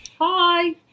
Hi